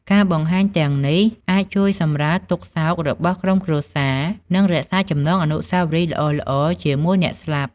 ការបង្ហាញទាំងនេះអាចជួយសម្រាលទុក្ខសោករបស់ក្រុមគ្រួសារ និងរក្សាចំណងអនុស្សាវរីយ៍ល្អៗជាមួយអ្នកស្លាប់។